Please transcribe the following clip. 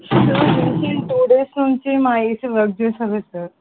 sir AC two days నుంచి మా AC work చేస్తలేదు సార్